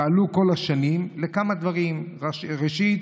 פעלו כל השנים למען כמה דברים: ראשית,